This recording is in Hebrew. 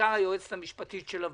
בעיקר היועצת המשפטית של הוועדה,